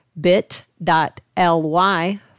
bit.ly